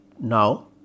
now